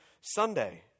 Sunday